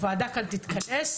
הוועדה כאן תתכנס,